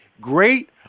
great